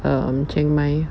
um chiang mai